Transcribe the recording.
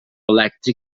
elèctric